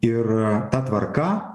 ir ta tvarka